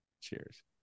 Cheers